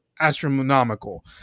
astronomical